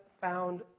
found